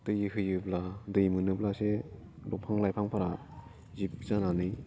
दै होयोब्ला दै मोनोब्लासो दंफां लाइफांफोरा जिब जानानै